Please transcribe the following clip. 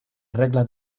reglas